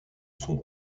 sont